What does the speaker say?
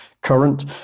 current